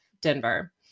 Denver